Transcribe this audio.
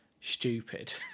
stupid